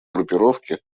группировки